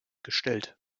gestellt